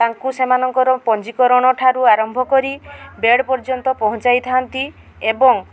ତାଙ୍କୁ ସେମାନଙ୍କର ପଞ୍ଜିକରଣ ଠାରୁ ଆରମ୍ଭ କରି ବେଡ଼୍ ପର୍ଯ୍ୟନ୍ତ ପହଞ୍ଚାଇଥାନ୍ତି ଏବଂ